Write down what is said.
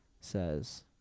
says